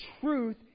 truth